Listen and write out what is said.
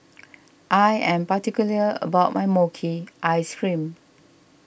I am particular about my Mochi Ice Cream